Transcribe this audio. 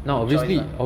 no choice lah